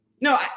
no